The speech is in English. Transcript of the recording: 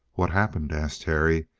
what happened? asked terry,